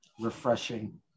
Refreshing